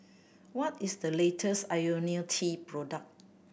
what is the latest Ionil T product